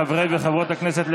חברי וחברות הכנסת,